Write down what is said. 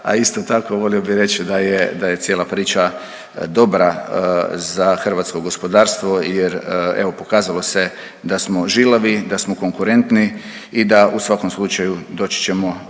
a isto tako volio bi reći da je cijela priča dobra za hrvatsko gospodarstvo jer evo pokazalo se da smo žilavi, da smo konkurentni i da u svakom slučaju doći ćemo